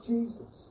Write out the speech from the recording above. Jesus